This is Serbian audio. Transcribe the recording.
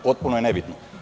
Potpuno je nebitno.